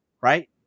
right